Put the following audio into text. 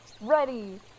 Ready